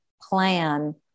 plan